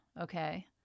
okay